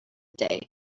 day